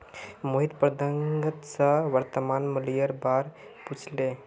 मोहित प्रबंधक स वर्तमान मूलयेर बा र पूछले